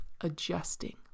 adjusting